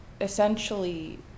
essentially